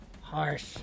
Harsh